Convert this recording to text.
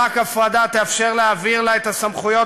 ורק הפרדה תאפשר להעביר לה את הסמכויות